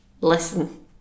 Listen